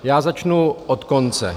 Já začnu od konce.